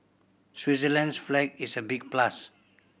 Switzerland's flag is a big plus